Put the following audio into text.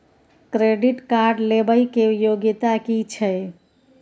Credit card लेबै के योग्यता कि छै?